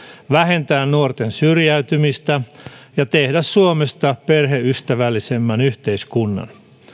vähentää nuorten syrjäytymistä ja tehdä suomesta perheystävällisemmän yhteiskunnan